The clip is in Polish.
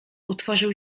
utworzył